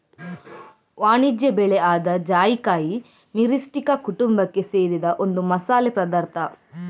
ವಾಣಿಜ್ಯ ಬೆಳೆ ಆದ ಜಾಯಿಕಾಯಿ ಮಿರಿಸ್ಟಿಕಾ ಕುಟುಂಬಕ್ಕೆ ಸೇರಿದ ಒಂದು ಮಸಾಲೆ ಪದಾರ್ಥ